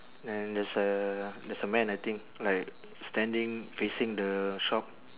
then there's a there's a man I think like standing facing the shop